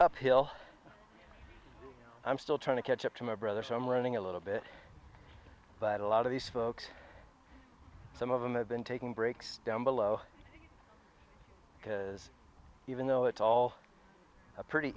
uphill i'm still trying to catch up to my brother so i'm running a little bit but a lot of these folks some of them have been taking breaks down below because even though it's all a pretty